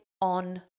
on